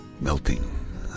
melting